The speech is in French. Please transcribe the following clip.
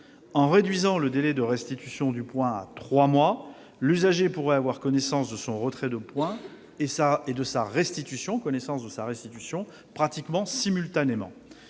En réduisant le délai de restitution du point à trois mois, l'usager pourrait avoir connaissance du retrait d'un point et de sa restitution pratiquement simultanément.